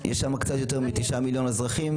יש שם קצת יותר מ-9 מיליון אזרחים.